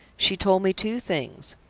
she told me two things.